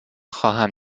خواهم